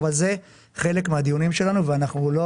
אבל זה חלק מהדיונים שלנו ואנחנו לא